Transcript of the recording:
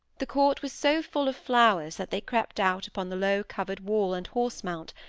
the court was so full of flowers that they crept out upon the low-covered wall and horse-mount,